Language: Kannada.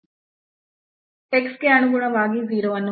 x ಗೆ ಅನುಗುಣವಾಗಿ 0 ಅನ್ನು ಹೊಂದಿದ್ದೇವೆ